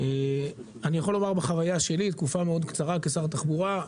אני יכול לומר מהחוויה שלי מתקופה קצרה מאוד כשר תחבורה,